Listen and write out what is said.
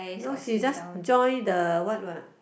no she just join the what what